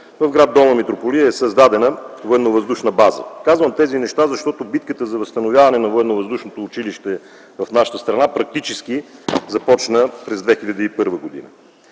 в гр. Долна Митрополия е създадена военновъздушна база. Казвам тези неща, защото битката за възстановяване на Военновъздушното училище в нашата страна фактически започна през 2001 г.